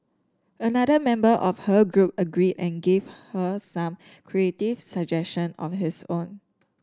another member of her group agreed and gave her some creative suggestion of his own